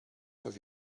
have